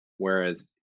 Whereas